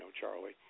Charlie